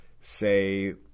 say